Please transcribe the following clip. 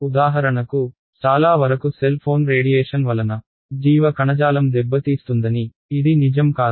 ఉదాహరణకు చాలా వరకు సెల్ ఫోన్ రేడియేషన్ వలన జీవ కణజాలం దెబ్బతీస్తుందని ఇది నిజం కాదా